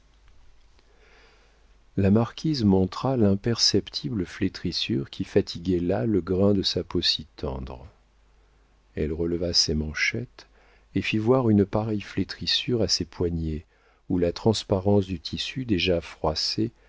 la marquise montra l'imperceptible flétrissure qui fatiguait là le grain de sa peau si tendre elle releva ses manchettes et fit voir une pareille flétrissure à ses poignets où la transparence du tissu déjà froissé